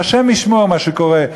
השם ישמור מה שקורה.